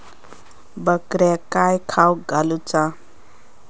बकऱ्यांका काय खावक घालूचा?